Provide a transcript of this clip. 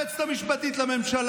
את דמה של היועצת המשפטית לממשלה,